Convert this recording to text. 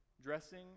dressing